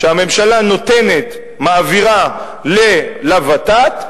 שהממשלה מעבירה לות"ת,